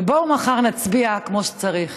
ובואו מחר נצביע כמו שצריך.